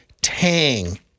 tang